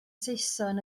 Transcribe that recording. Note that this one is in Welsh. saeson